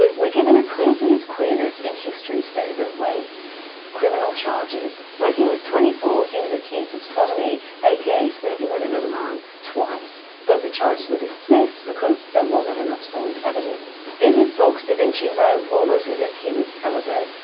we're given a clue to his queerness in history's favourite way criminal charges. when he was twenty four he was accused of sodomy, aka sleeping with another man, twice but the charges were dismissed because there wasn't enough solid evidence. in his books da vinci wrote almost as if he was celibate,